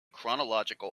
chronological